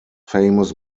famous